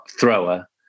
thrower